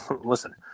listen